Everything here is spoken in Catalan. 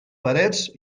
parets